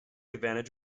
advantage